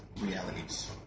realities